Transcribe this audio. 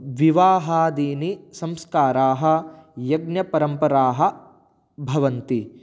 विवाहादीनि संस्काराः यज्ञपरम्पराः भवन्ति